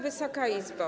Wysoka Izbo!